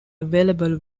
available